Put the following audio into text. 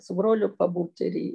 su broliu pabūti ir